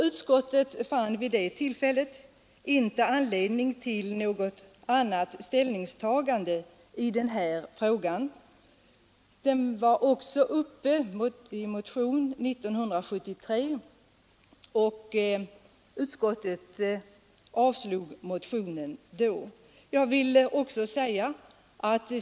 Utskottet fann vid det tillfället inte anledning till något annat ställningstagande i den här frågan. Den var också uppe i motion 1973 men utskottet avstyrkte även då motionen.